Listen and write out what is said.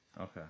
okay